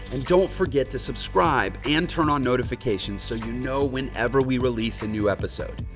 and don't forget to subscribe and turn on notifications. so, you know, whenever we release a new episode,